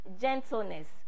gentleness